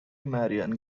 marion